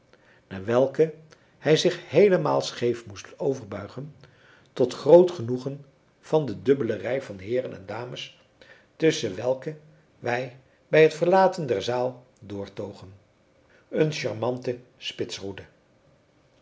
naar welke hij zich heelemaal scheef moest overbuigen tot groot genoegen van de dubbele rij van heeren en dames tusschen welke wij bij het verlaten der zaal doortogen een charmante